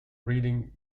reading